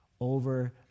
over